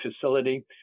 facility